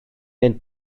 mynd